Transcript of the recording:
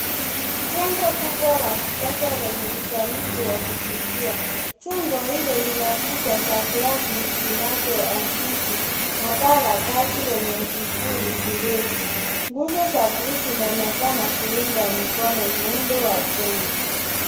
Jengo kubwa la kisasa lenye usanifu wa kuvutia. Jengo hilo lina kuta za glasi zinazoakisi na paa la bati lenye vivuli virefu. Nguzo za bluu zinaonekana kuunga mkono muundo wa jengo.